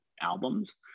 albums